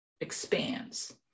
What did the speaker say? expands